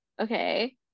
Okay